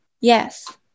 yes